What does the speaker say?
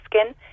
skin